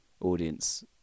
audience